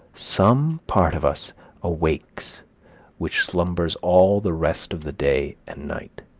some part of us awakes which slumbers all the rest of the day and night.